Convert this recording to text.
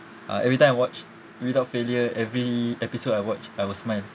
uh every time I watch without failure every episode I watch I will smile